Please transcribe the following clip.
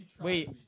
Wait